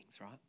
right